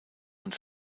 und